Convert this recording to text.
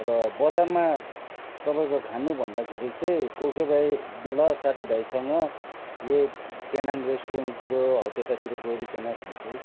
र बजारमा तपाईँको खानु भन्दाखेरि चाहिँ को कोही बेला साथी भाइसँग यही पेनाङ रेस्टुरेन्टतिर हौ त्यतातिर गइवरीकन खान्छु